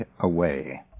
away